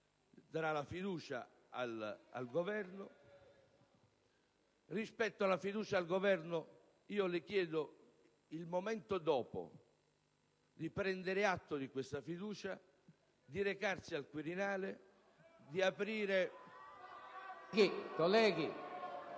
dando la fiducia al Governo. Rispetto alla fiducia al Governo io le chiedo, il momento dopo, di prendere atto di questa fiducia, di recarsi al Quirinale, di aprire...